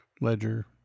ledger